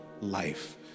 life